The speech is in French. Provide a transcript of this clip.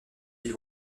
ils